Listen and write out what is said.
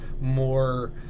more